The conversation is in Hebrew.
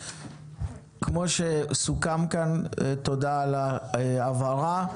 כמו שסוכם כאן, תודה על ההבהרה.